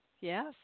Yes